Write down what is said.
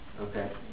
Okay